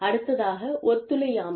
அடுத்ததாக ஒத்துழையாமை